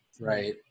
Right